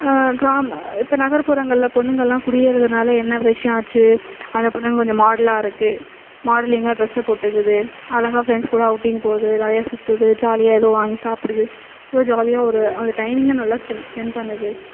கிராமம் இப்போ நகர்ப்புறங்கள்ல பொண்ணுங்கள்லாம் குடியேறதுனால என்ன விஷயம் ஆச்சு அந்த பெண்ணுங்க கொஞ்சம் மாடலாக இருக்குது மாடலிங்காக ட்ரெஸ்ஸை போட்டுக்கிது அழகா ஃப்ரெண்ட்ஸ் கூட அவுட்டிங் போகுது நிறையா சுற்றுது ஜாலியாக ஏதோ வாங்கி சாப்பிடுது ஏதோ ஜாலியாக ஒரு அந்த டைமிங்கை நல்லா ஸ்ட் ஸ்பெண்ட் பண்ணுது